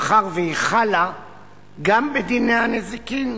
מאחר שהיא חלה גם בדיני הנזיקין